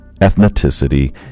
ethnicity